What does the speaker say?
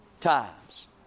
times